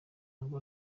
ngo